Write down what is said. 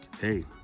Hey